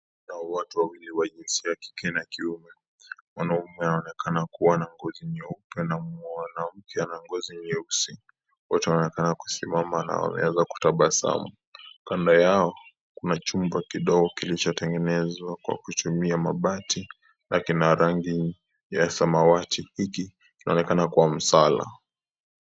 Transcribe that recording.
Kuna watu wawili wa jinsia ya kike na kiume, wanaume wanaonekana kuwa na ngozi nyeupe na mwanamke ana ngozi nyeusi. Wote wanaonekana kusimama na wameweza kutabasamu. Kando yao, kuna chumba kidogo kilichotengenezwa kwa kutumia mabati na kina rangi ya samawati, hiki kinaonekana kuwa msala.